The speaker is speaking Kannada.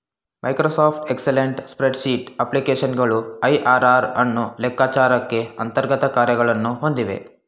ಮೈಕ್ರೋಸಾಫ್ಟ್ ಎಕ್ಸೆಲೆಂಟ್ ಸ್ಪ್ರೆಡ್ಶೀಟ್ ಅಪ್ಲಿಕೇಶನ್ಗಳು ಐ.ಆರ್.ಆರ್ ಅನ್ನು ಲೆಕ್ಕಚಾರಕ್ಕೆ ಅಂತರ್ಗತ ಕಾರ್ಯಗಳನ್ನು ಹೊಂದಿವೆ